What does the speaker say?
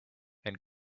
and